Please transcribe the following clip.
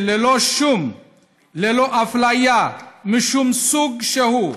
ללא אפליה משום סוג שהוא,